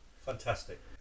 Fantastic